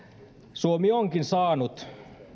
suomi onkin saanut